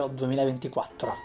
2024